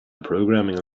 programming